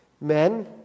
Men